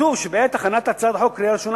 כתוב ש"בעת הכנת הצעת החוק לקריאה הראשונה